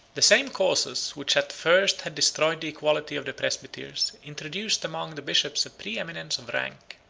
the same causes which at first had destroyed the equality of the presbyters introduced among the bishops a preeminence of rank,